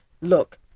Look